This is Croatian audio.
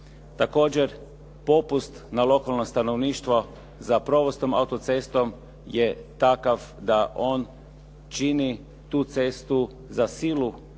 Također, popust na lokalno stanovništvo za provoz tom auto-cestom je takav da on čini tu cestu za silu